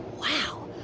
wow.